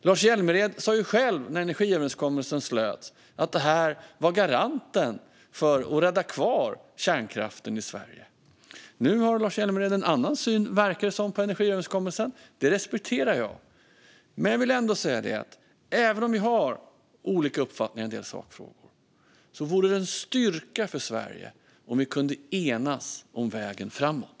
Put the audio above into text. Lars Hjälmered sa ju själv när energiöverenskommelsen slöts att den var garanten för att rädda kvar kärnkraften i Sverige. Nu verkar Lars Hjälmered ha en annan syn på energiöverenskommelsen, och det respekterar jag. Men jag vill ändå säga att även om vi har olika uppfattningar i en del sakfrågor vore det en styrka för Sverige om vi kunde enas om vägen framåt.